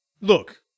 look